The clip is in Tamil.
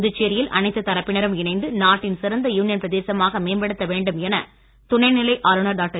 புதுச்சேரியில் அனைத்து தரப்பினரும் இணைந்து நாட்டின் சிறந்த யூனியன் பிரதேசமாக மேம்படுத்த வேண்டும் என துணைநிலை ஆளுநர் டாக்டர்